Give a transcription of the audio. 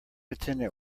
attendant